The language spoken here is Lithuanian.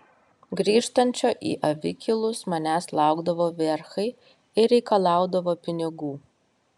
grįžtančio į avikilus manęs laukdavo verchai ir reikalaudavo pinigų